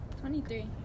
23